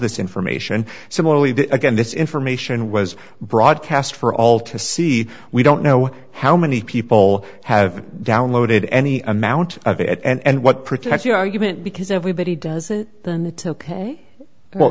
this information similarly the again this information was broadcast for all to see we don't know how many people have downloaded any amount of it and what protects your argument because everybody does it than the to ok well